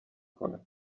کنه